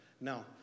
Now